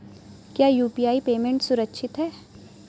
क्या UPI payment सुरक्षित है?